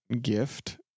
gift